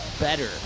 Better